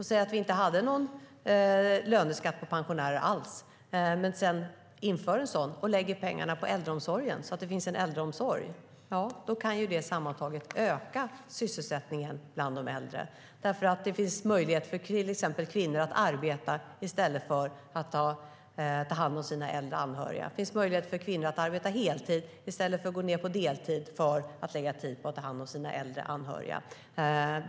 Säg att det inte finns någon löneskatt för pensionärer alls, men sedan införs en skatt och pengarna läggs på äldreomsorgen, då kan det sammantaget öka sysselsättningen bland de äldre. Det finns möjlighet för till exempel kvinnor att arbeta i stället för att ta hand om sina äldre anhöriga. Det finns möjlighet för kvinnor att arbeta heltid i stället för att gå ned på deltid för att lägga tid på att ta hand om sina äldre anhöriga.